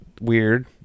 weird